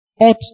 Ought